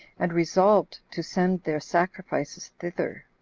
and resolved to send their sacrifices thither